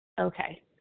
okay